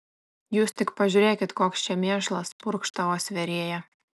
jūs tik pažiūrėkit koks čia mėšlas purkštavo svėrėja